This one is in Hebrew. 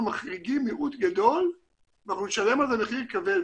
מחריגים מיעוט גדול ואנחנו נשלם על זה מחיר כבד.